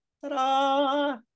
Ta-da